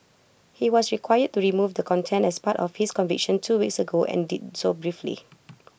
he was required to remove the content as part of his conviction two weeks ago and did so briefly